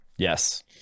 Yes